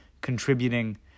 contributing